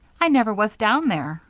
i never was down there,